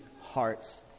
hearts